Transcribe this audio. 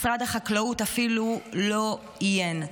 משרד החקלאות אפילו לא עיין בהן,